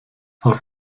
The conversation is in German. aus